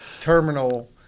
terminal